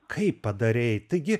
kaip padarei taigi